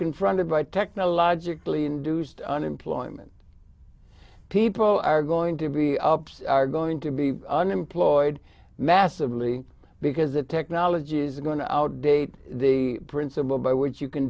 confronted by technologically induced unemployment people are going to be ups are going to be unemployed massively because the technology is going to outdate the principle by which you can